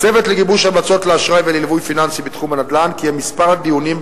הצוות לגיבוש המלצות לאשראי ולליווי פיננסי בתחום הנדל"ן קיים כמה